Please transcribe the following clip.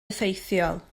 effeithiol